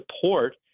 support